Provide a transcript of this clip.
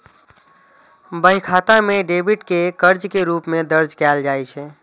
बही खाता मे डेबिट कें कर्ज के रूप मे दर्ज कैल जाइ छै